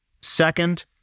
Second